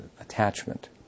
Attachment